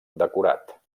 decorat